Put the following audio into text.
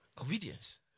Obedience